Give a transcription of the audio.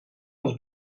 als